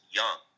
young